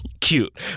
cute